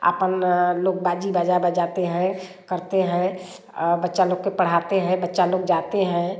आपन लोग बाजी बजा बजाते हैं करते हैं बच्चा लोग के पढ़ाते हैं बच्चा लोग जाते हैं